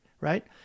right